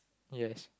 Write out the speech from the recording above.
yes